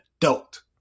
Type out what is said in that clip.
adult